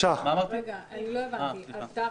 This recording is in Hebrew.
לא הבנתי, מה אתה מוסיף?